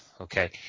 okay